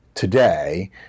Today